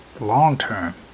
long-term